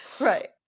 Right